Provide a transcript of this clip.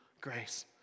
grace